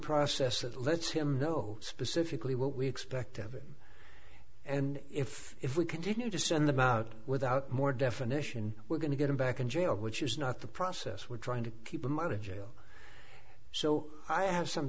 process that lets him know specifically what we expect of him and if if we continue to send them out without more definition we're going to get him back in jail which is not the process we're trying to keep him out of jail so i have some